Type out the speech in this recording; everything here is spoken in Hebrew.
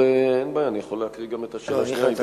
אין בעיה, אני יכול להקריא גם את השאלה השנייה.